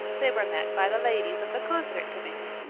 they were met by the ladies of the concert committee,